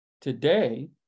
today